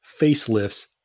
facelifts